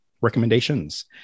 Recommendations